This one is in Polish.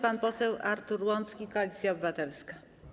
Pan poseł Artur Łącki, Koalicja Obywatelska.